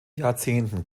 jahrzehnten